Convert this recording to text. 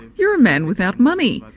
you're a man without money,